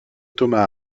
thomas